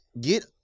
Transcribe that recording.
get